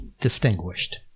distinguished